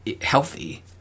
healthy